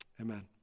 amen